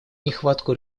нехватку